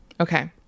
okay